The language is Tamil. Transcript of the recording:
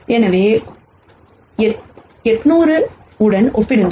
எனவே அதை 800 உடன் ஒப்பிடுங்கள்